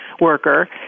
worker